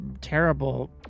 terrible